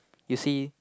you see